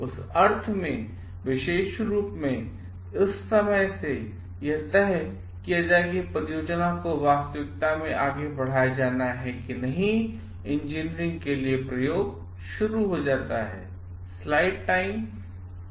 उस अर्थ में विशेष रूप से उस समय से यह तय है कि परियोजना को वास्तविकतामेंआगे बढ़ाया जाना हैकि नहीं इंजीनियरिंग के लिएप्रयोगशुरू होता है